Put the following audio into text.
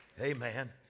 Amen